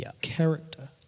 character